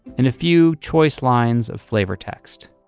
and a few choice lines of flavor text.